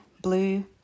blue